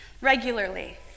regularly